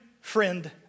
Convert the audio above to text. friend